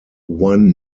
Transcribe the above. one